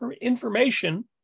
information